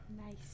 nice